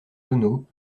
tonneaux